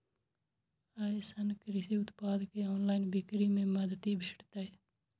अय सं कृषि उत्पाद के ऑनलाइन बिक्री मे मदति भेटतै